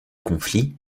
conflit